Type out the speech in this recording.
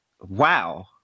Wow